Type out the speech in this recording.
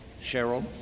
Cheryl